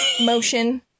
motion